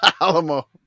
Alamo